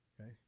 okay